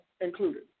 included